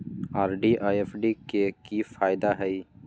RD आ FD के कि फायदा हई?